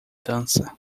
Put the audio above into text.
dança